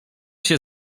się